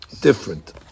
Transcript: different